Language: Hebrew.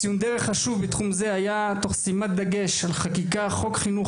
ציון דרך חשוב בתחום זה היה תוך שימת דגש על חקיקת חוק חינוך